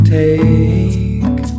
take